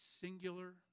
singular